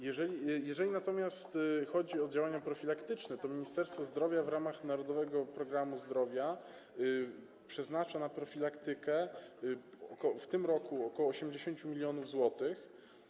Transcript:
Jeżeli natomiast chodzi o działania profilaktyczne, to Ministerstwo Zdrowia w ramach „Narodowego programu zdrowia” przeznacza na profilaktykę w tym roku ok. 80 mln zł.